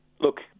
look